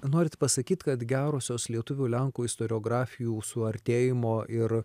norit pasakyt kad gerosios lietuvių lenkų istoriografijų suartėjimo ir